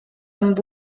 amb